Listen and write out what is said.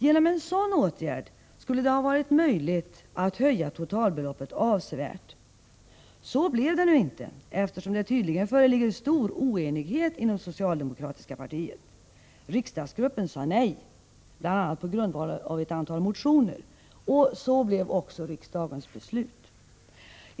Genom en sådan åtgärd skulle det ha varit möjligt att höja totalbeloppet avsevärt. Så blev det nu inte, eftersom det tydligen föreligger stor oenighet inom socialdemokratiska partiet. Riksdagsgruppen sade nej, bl.a. på grundval av ett antal motioner, och så blev också riksdagens beslut.